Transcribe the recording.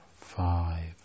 five